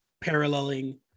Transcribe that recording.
paralleling